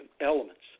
elements